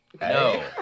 No